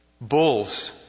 bulls